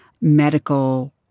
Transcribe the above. medical